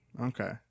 Okay